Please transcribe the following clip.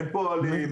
אין פועלים.